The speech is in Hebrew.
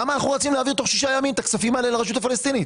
למה אנחנו רצים להעביר תוך שישה ימים את הכספים האלה לרשות הפלסטינית?